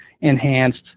enhanced